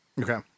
Okay